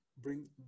bring